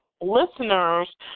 listeners